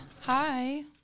Hi